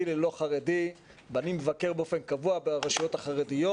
ללא חרדי ואני מבקר באופן קבוע ברשויות החרדיות